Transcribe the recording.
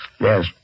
yes